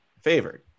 Favored